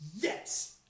Yes